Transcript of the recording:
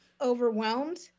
overwhelmed